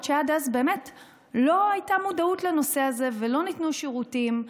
שעד אז לא הייתה בהם מודעות לנושא הזה ולא ניתנו שירותים,